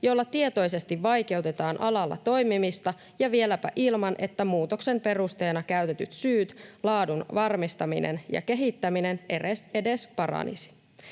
jolla tietoisesti vaikeutetaan alalla toimimista ja vieläpä ilman, että muutoksen perusteena käytetyt syyt, laadun varmistaminen ja kehittäminen, edes paranisivat.